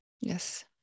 Yes